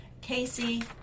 Casey